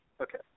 Okay